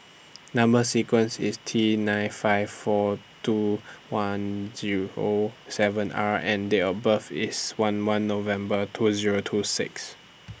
Number sequence IS T nine five four two Zero one seven R and Date of birth IS eleven November two Zero two six